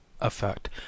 effect